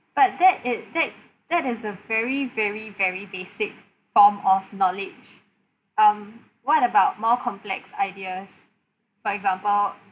but that it that that is a very very very basic form of knowledge um what about more complex ideas for example